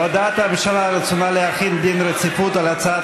הודעת הממשלה על רצונה להחיל דין רציפות על הצעת